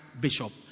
bishop